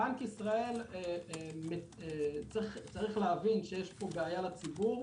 בנק ישראל צריך להבין שיש פה בעיה לציבור.